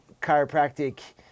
chiropractic